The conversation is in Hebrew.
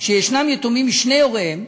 שיש יתומים משני הוריהם,